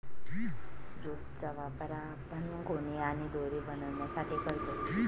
jute चा वापर आपण गोणी आणि दोरी बनवण्यासाठी करतो